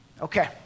okay